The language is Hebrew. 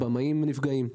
הבמאים נפגעים.